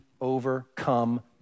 overcome